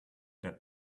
that